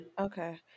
Okay